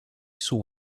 saw